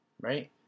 right